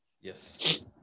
Yes